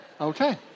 okay